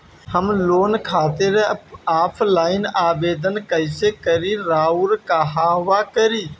हम लोन खातिर ऑफलाइन आवेदन कइसे करि अउर कहवा करी?